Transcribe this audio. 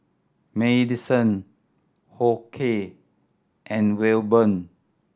Madyson Hoke and Wilburn